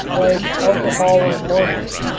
like alcohol and morphine,